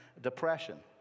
depression